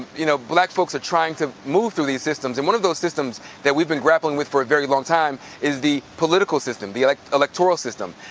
you know, black folks are trying to move through these systems. and one of those systems that we've been grappling with for a very long time is the political system, the like electoral system.